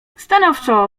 stanowczo